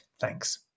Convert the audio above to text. Thanks